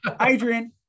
Adrian